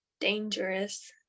dangerous